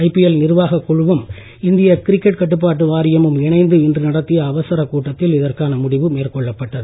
IPL நிர்வாக குழுவும் இந்திய கிரிக்கெட் கட்டுப்பாட்டு வாரியமும் இணைந்து இன்று நடத்திய அவசரக் கூட்டத்தில் இதற்கான முடிவு மேற்கொள்ளப்பட்டது